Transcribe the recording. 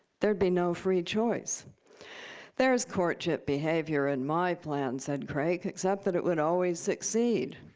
there would be no free choice there is courtship behavior in my plan said crake, except that it would always succeed.